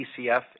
DCF